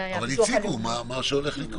לציבור.